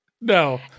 No